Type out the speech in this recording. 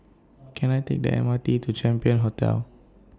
Can I Take The M R T to Champion Hotel